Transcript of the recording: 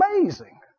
amazing